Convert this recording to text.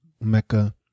Mecca